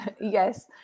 Yes